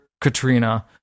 Katrina